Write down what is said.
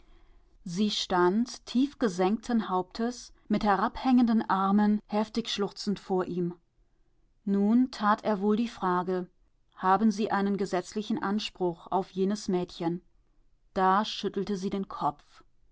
sie stand tiefgesenkten hauptes mit herabhängenden armen heftig schluchzend vor ihm nun tat er wohl die frage haben sie einen gesetzlichen anspruch auf jenes mädchen da schüttelte sie den kopf